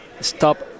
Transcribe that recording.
Stop